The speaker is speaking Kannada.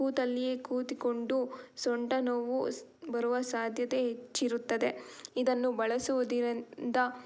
ಕೂತಲ್ಲಿಯೇ ಕೂತುಕೊಂಡು ಸೊಂಟ ನೋವು ಬರುವ ಸಾಧ್ಯತೆ ಹೆಚ್ಚಿರುತ್ತದೆ ಇದನ್ನು ಬಳಸುವುದಿರಿಂದ